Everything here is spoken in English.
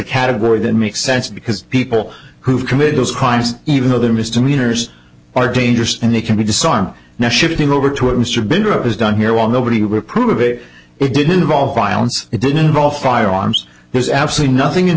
category that makes sense because people who have committed those crimes even though they're misdemeanors are dangerous and they can be disarmed now shifting over to it mr bindra has done here well nobody would approve of it it didn't involve violence it didn't involve firearms there's absolutely nothing in